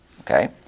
Okay